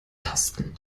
tasten